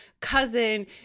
cousin